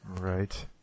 Right